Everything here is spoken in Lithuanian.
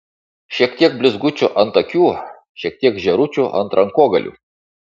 šiek tiek blizgučių ant akių šiek tiek žėručių ant rankogalių